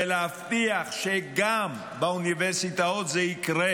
ולהבטיח שגם באוניברסיטאות זה יקרה.